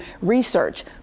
research